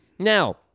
Now